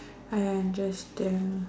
I understand